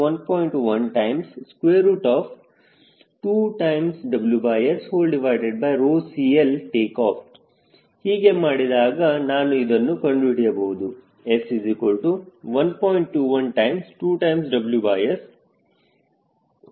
12WSCL TO ಹೀಗೆ ಮಾಡಿದಾಗ ನಾನು ಇದನ್ನು ಕಂಡು ಹಿಡಿಯಬಹುದು s1